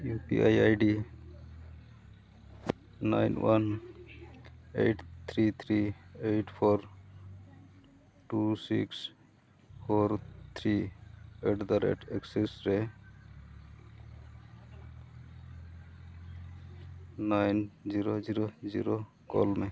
U P I ID nine one eight three three eight four two six four three at the rate Axis ᱨᱮ nine zero zero ᱠᱳᱞ ᱢᱮ